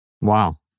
Wow